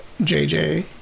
JJ